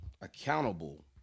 accountable